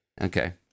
Okay